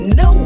no